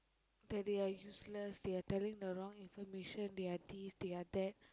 that they are useless they are telling the wrong information they are this they are that